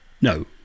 No